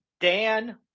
Dan